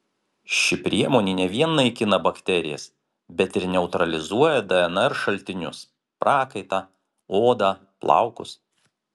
ši priemonė ne vien naikina bakterijas bet ir neutralizuoja dnr šaltinius prakaitą odą plaukus